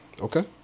Okay